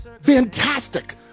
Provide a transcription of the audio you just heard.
fantastic